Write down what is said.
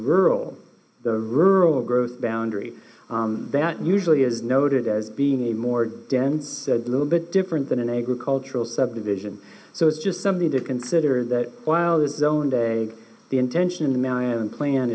rural rural growth boundary that usually is noted as being a more dense little bit different than an agricultural subdivision so it's just something to consider that while this is own day the intention